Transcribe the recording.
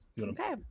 Okay